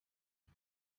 het